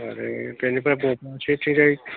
आरो जेनेबा इथिंजाय